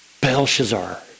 Belshazzar